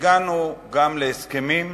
והגענו גם להסכמים,